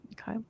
okay